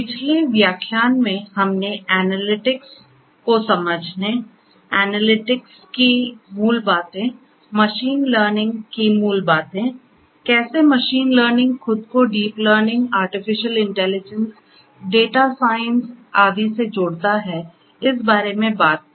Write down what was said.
पिछले व्याख्यान में हमने एनालिटिक्स को समझने एनालिटिक्स की मूल बातें मशीन लर्निंग की मूल बातें कैसे मशीन लर्निंग खुद को deep learning artificial intelligence data science आदि से जोड़ता है इस बारे में बात की